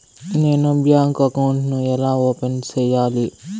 నేను bank account ను ఎలా ఓపెన్ సేయాలి?